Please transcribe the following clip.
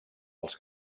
els